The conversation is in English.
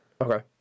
Okay